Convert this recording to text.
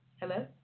Hello